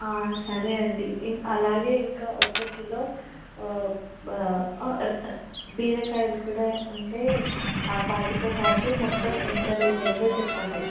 సరే అండి ఇంకా అలాగే ఇంకా ఒక కిలో బీరకాయలు కూడా ఉంటే అవి వాటితోపాటు మొత్తం ఎంత రేట్ అయిందో చెప్పండి